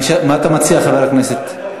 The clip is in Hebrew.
מה אתה מציע, חבר הכנסת?